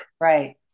Right